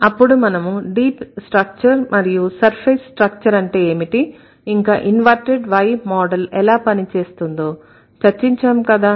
అప్పుడు మనము deep structure మరియు సర్ఫేస్ స్ట్రక్చర్ అంటే ఏమిటి ఇంకా ఇన్వర్టెడ్ Y మోడల్ ఎలా పని చేస్తుందో చర్చించాం కదా